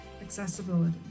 accessibility